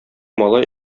малай